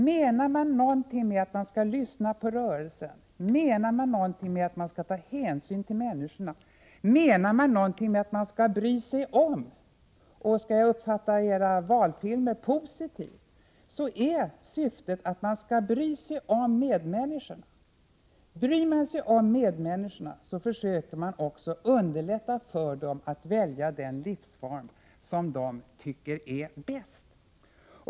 Menar man någonting med att man skall lyssna på rörelsen, menar man någonting med att man skall ta hänsyn till människorna, menar man någonting med att man skall bry sig om? Skall jag uppfatta era valfilmer positivt är syftet att man skall bry sig om medmänniskorna. Bryr man sig om medmänniskorna försöker man också underlätta för dem att välja den livsform som de tycker är bäst.